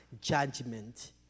judgment